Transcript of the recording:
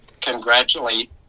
congratulate